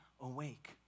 awake